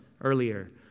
earlier